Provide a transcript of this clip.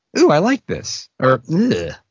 ooo, i like this, or yeah